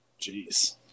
Jeez